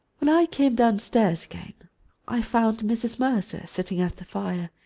when i came downstairs again i found mrs. mercer sitting at the fire.